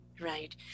right